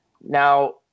Now